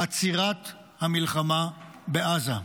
עצירת המלחמה בעזה.